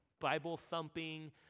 Bible-thumping